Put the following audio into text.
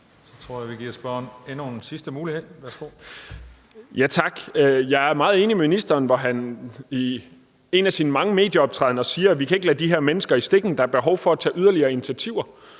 Jeg tror, vi giver spørgeren en sidste mulighed. Værsgo. Kl. 15:22 Jens Joel (S): Tak. Jeg er meget enig med ministeren, når han i en af sine mange medieoptrædender siger, at vi ikke kan lade de her mennesker i stikken, at der er behov for at tage yderligere initiativer.